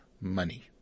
money